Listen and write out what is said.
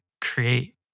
create